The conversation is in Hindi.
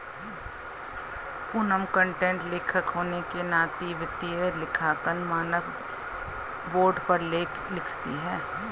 पूनम कंटेंट लेखक होने के नाते वित्तीय लेखांकन मानक बोर्ड पर लेख लिखती है